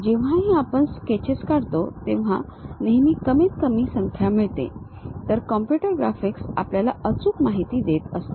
जेव्हाही आपण स्केचेस काढतो तेव्हा नेहमी कमीत कमी संख्या मिळते तर कॉम्प्युटर ग्राफिक्स आपल्याला अचूक माहिती देत असते